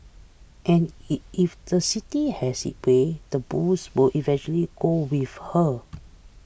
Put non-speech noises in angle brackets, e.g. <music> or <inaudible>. and <unintelligible> if the city has its way the bulls will eventually go with her